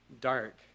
dark